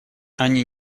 они